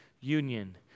union